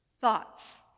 thoughts